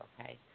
okay